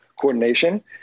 coordination